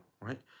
right